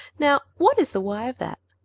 now, what is the why of that?